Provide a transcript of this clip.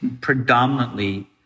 predominantly